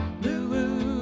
blue